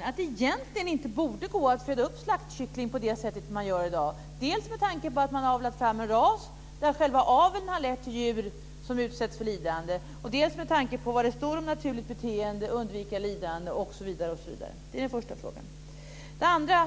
borde det egentligen inte gå att föda upp slaktkycklingar på det sätt som sker i dag. Och detta dels med tanke på att man har avlat fram en ras där själva aveln har lett till djur som utsätts för lidande, dels med tanke på vad som står om naturligt beteende, undvika lidande osv. Det är den första frågan.